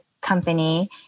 company